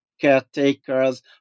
caretakers